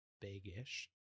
big-ish